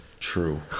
True